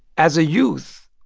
as a youth,